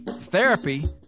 Therapy